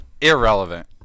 Irrelevant